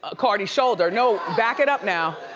ah cardi's shoulder. no, back it up now.